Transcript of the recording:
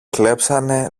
κλέψανε